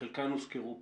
שחלקן הוזכרו פה.